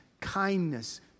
kindness